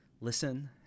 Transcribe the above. listen